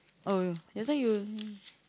oh that's why you